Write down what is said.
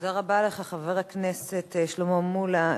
תודה רבה לך, חבר הכנסת שלמה מולה.